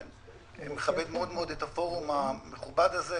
אני מכבד מאוד את הפורום המכובד הזה.